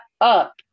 up